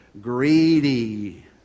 greedy